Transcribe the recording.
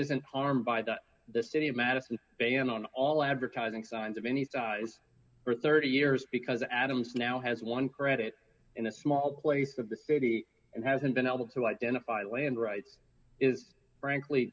isn't harmed by that the city of madison ban on all advertising signs of any size for thirty years because adams now has one credit in a small place of the city and hasn't been able to identify land rights is frankly